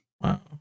wow